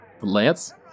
Lance